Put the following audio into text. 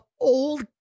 old